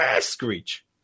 screech